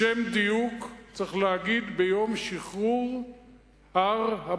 לשם דיוק צריך להגיד: ביום שחרור הר-הבית,